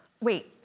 Wait